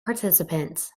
participants